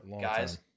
guys